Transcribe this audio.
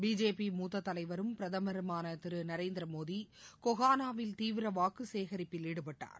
BJP மூத்ததலைவரும் பிரதமருமானதிருநரேந்திரமோடிகொஹானாவில் தீவிரமாகவாக்குச் சேகரிப்பில் ஈடுபட்டார்